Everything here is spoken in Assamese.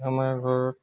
আমাৰ ঘৰত